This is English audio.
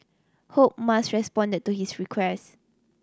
hope Musk responded to his request